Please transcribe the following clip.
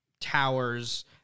towers